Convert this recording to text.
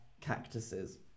cactuses